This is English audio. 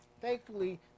thankfully